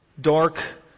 dark